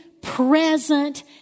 present